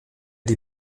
die